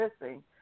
missing